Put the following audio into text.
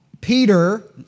Peter